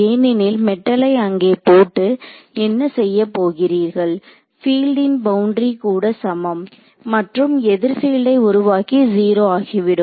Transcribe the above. ஏனெனில் மெட்டலை அங்கே போட்டு என்ன செய்யப் போகிறீர்கள்பீல்டின் பவுண்டரி கூட சமம் மற்றும் எதிர் பீல்டை உருவாக்கி 0 ஆகிவிடும்